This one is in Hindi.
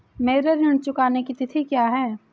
मेरे ऋण चुकाने की तिथि क्या है?